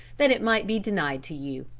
that it might be denied to you.